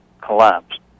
collapsed